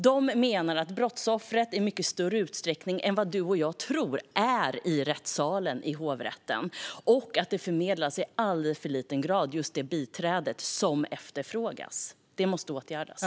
De menar att brottsoffret i mycket större utsträckning än vad du och jag tror är i rättssalen i hovrätten och att de biträden som efterfrågas förmedlas i alldeles för låg grad. Det måste åtgärdas.